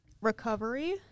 Recovery